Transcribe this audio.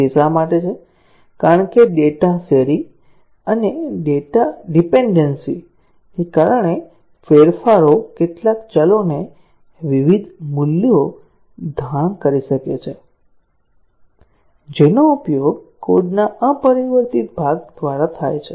તે શા માટે છે કારણ કે ડેટા શેરિંગ અને ડેટા ડીપેનડેન્સી ને કારણે ફેરફારો કેટલાક ચલોને વિવિધ મૂલ્યો ધારણ કરી શકે છે જેનો ઉપયોગ કોડના અપરિવર્તિત ભાગ દ્વારા થાય છે